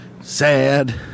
sad